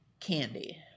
Candy